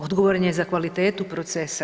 Odgovoran je za kvalitetu procesa.